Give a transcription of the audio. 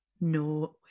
No